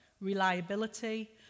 reliability